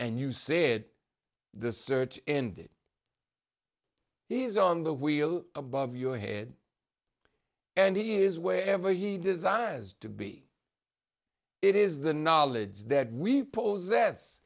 and you said the search ended he's on the wheel above your head and he is wherever he desires to be it is the knowledge that we pose